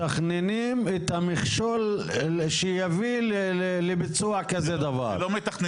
מתכננים את המכשול שיביא לביצוע כזה דבר.